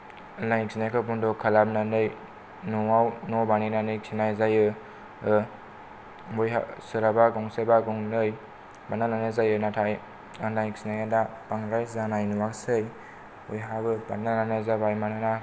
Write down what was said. लांदाङै खिनायखौ बन्द खालामनानै न'आव न' बानायनानै खिनाय जायो सोरहाबा गंसेबा गंनै बानायना लानाय जायो नाथाय लांदाङै खिनाया दा बांद्राय जानाय नुवाखिसै बयहाबो बानायना लानाय जाबाय मानोना